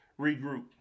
regroup